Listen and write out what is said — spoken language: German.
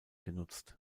genutzt